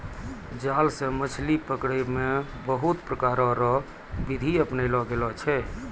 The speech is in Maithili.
जाल से मछली पकड़ै मे बहुत प्रकार रो बिधि अपनैलो गेलो छै